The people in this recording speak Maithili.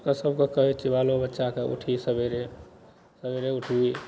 सबसँ गप करैत बालो बच्चाके उठही सवेरे सवेरे उठ वही